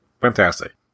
Fantastic